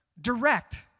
Direct